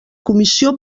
comissió